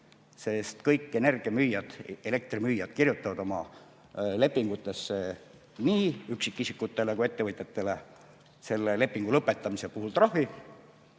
sest kõik energiamüüjad ehk elektrimüüjad kirjutavad oma lepingutesse nii üksikisikutele kui ka ettevõtetele selle lepingu lõpetamise puhul trahvi